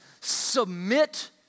submit